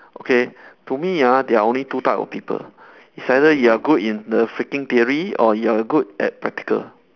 okay to me ah there are only two type of people it's either you are good in the freaking theory or you are good at practical